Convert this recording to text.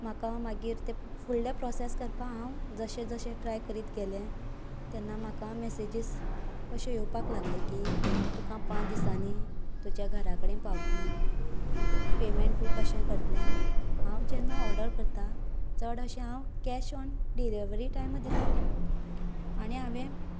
म्हाका मागीर तें फुडले प्रोसेस करपा हांव जशे जशें ट्राय करीत गेले तेन्ना म्हाका मेसेजीस अशें येवपाक लागले की तुका पांच दिसांनी तुजे घरा कडेन पावतली पेमेंट तूं कशें करतले हांव जेन्ना ऑर्डर करता चड अशें कॅश ऑन डिलीवरी टायम दिता आनी हांवें